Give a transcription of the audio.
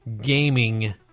gaming